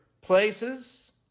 places